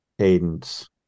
cadence